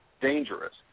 dangerous